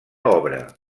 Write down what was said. obra